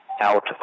out